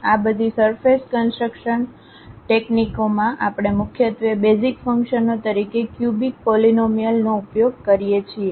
આ બધી surface construction ટેકનીકોમાં આપણે મુખ્યત્વે બેઝિક ફંક્શનો તરીકે ક્યુબિક પોલીનોમીઅલ નો ઉપયોગ કરીએ છીએ